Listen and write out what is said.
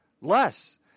less